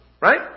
Right